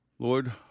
Lord